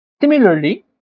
Similarly